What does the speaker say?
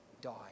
die